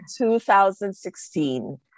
2016